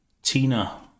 Tina